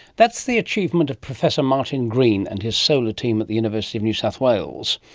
that's the achievement of professor martin green and his solar team at the university of new south wales.